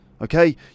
Okay